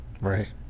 Right